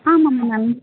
ஆமாம் ma'am ma'am